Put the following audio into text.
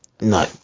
No